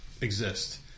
exist